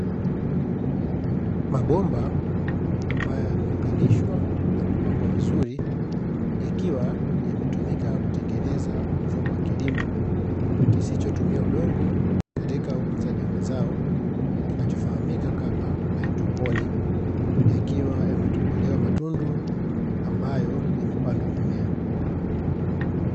Mabomba ambayo yameunganishwa na kupangwa vizuri yakiwa yametumika kutengeneza mfumo wa kilimo kisichotumia udongo katika ukuzaji wa mazao, kinachofahamika kama haidroponi, yakiwa yametobolewa matundu ambayo yamepandwa mimea.